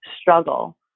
struggle